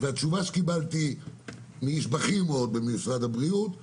התשובה שקיבלתי מאיש בכיר מאוד במשרד הבריאות היא